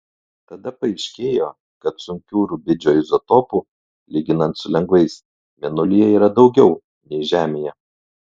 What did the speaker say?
tada paaiškėjo kad sunkių rubidžio izotopų lyginant su lengvais mėnulyje yra daugiau nei žemėje